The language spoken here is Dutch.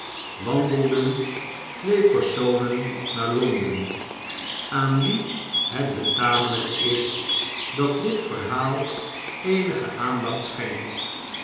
wandelden twee personen naar londen aan wie het betamelijk is dat dit verhaal eenige aandacht schenkt